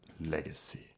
legacy